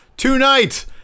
Tonight